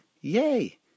yay